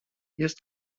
jest